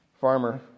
farmer